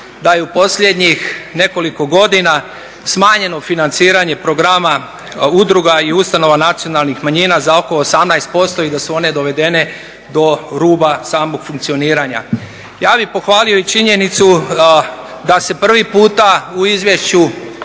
da je u posljednjih godina smanjeno financiranje programa udruga i ustanova nacionalnih manjina za oko 18% i da su one dovedene do ruba samog funkcioniranja. Ja bih pohvalio i činjenicu da se prvi puta u izvješću